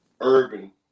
urban